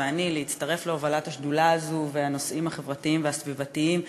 להובלת השדולה הזאת והנושאים החברתיים והסביבתיים בכנסת.